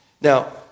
Now